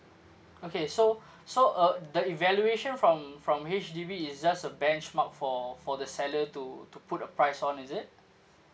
okay so so uh the evaluation from from H_D_B is just a benchmark for for the seller to to put a price on is it